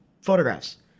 photographs